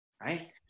right